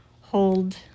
hold